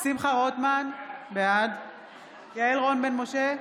שמחה רוטמן, בעד יעל רון בן משה,